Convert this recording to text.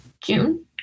June